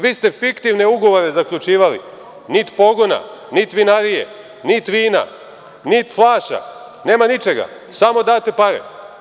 Vi ste fiktivne ugovore zaključivali niti pogona, niti vinarije, niti vina, niti flaša, nema ničega, samo date pare.